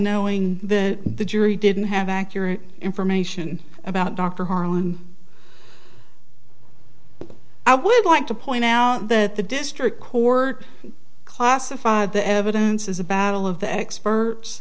knowing that the jury didn't have accurate information about dr harlan i would like to point out that the district court classified the evidence as a battle of the